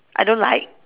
I don't like